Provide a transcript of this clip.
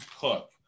cook